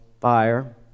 fire